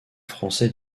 français